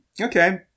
Okay